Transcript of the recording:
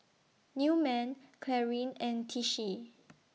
Newman Clarine and Tishie